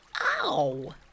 Ow